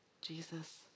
Jesus